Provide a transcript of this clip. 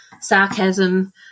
sarcasm